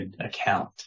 account